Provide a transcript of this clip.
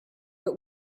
but